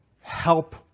help